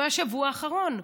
מהשבוע האחרון,